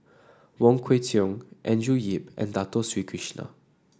Wong Kwei Cheong Andrew Yip and Dato Sri Krishna